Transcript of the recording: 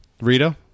Rita